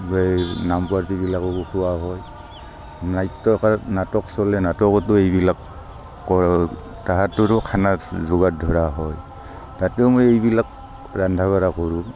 এই নাম পাৰ্টিবিলাককো খুওৱা হয় নাট্যকাৰ নাটক চলে নাটকতো এইবিলাক কয় তাহাঁতৰো খানা যোগান ধৰা হয় তাতেও মই এইবিলাক ৰন্ধা বঢ়া কৰোঁ